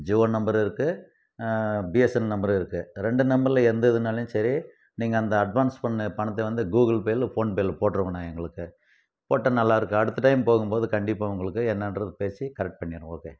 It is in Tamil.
ஜியோ நம்பரும் இருக்குது பிஎஸ்என்எல் நம்பரும் இருக்குது ரெண்டு நம்பர்ல எந்த இதுனாலும் சரி நீங்கள் அந்த அட்வான்ஸ் பண்ண பணத்தை வந்து கூகுள் பே இல்லை ஃபோன்பேல போட்டிருங்கண்ணா எங்களுக்கு போட்டா நல்லாயிருக்கும் அடுத்த டைம் போகும்போது கண்டிப்பாக உங்களுக்கு என்னன்றது பேசி கரெக்ட் பண்ணிடுறேன் ஓகே